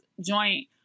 joint